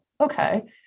okay